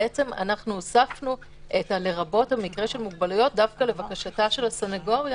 בעצם הוספנו את לרבות מקרה של מוגבלויות לבקשת הסנגוריה